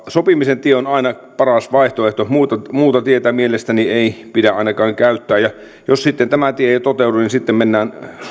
sopimisen tie on aina paras vaihtoehto muuta muuta tietä mielestäni ei pidä ainakaan käyttää jos sitten tämä tie ei toteudu niin sitten mennään